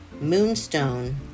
moonstone